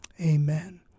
Amen